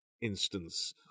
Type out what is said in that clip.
instance